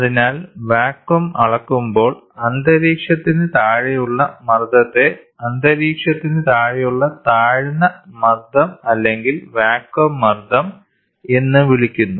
അതിനാൽ വാക്വം അളക്കുമ്പോൾ അന്തരീക്ഷത്തിന് താഴെയുള്ള മർദ്ദത്തെ അന്തരീക്ഷത്തിന് താഴെയുള്ള താഴ്ന്ന മർദ്ദം അല്ലെങ്കിൽ വാക്വം മർദ്ദം എന്ന് വിളിക്കുന്നു